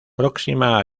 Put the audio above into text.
próxima